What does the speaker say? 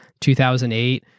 2008